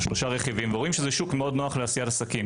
שלושה רכיבים ורואים שזה שוק מאוד נוח לעשיית עסקים.